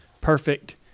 perfect